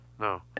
No